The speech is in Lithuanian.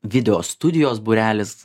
video studijos būrelis